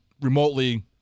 remotely